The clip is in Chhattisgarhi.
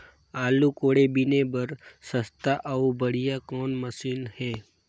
आलू कोड़े बीने बर सस्ता अउ बढ़िया कौन मशीन हे?